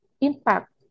impact